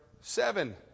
seven